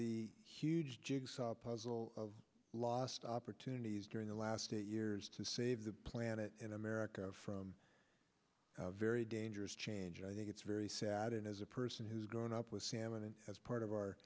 the huge jigsaw puzzle of lost opportunities during the last eight years to save the planet in america from a very dangerous change i think it's very sad and as a person who has grown up with salmon as part of our